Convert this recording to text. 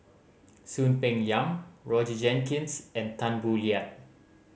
Soon Peng Yam Roger Jenkins and Tan Boo Liat